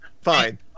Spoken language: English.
fine